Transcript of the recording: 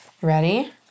Ready